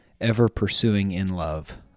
ever-pursuing-in-love